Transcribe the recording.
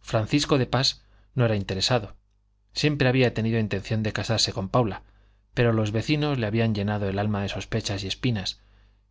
francisco de pas no era interesado siempre había tenido intención de casarse con paula pero los vecinos le habían llenado el alma de sospechas y espinas